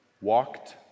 walked